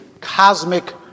cosmic